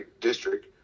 district